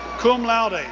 cum laude,